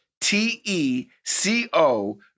T-E-C-O-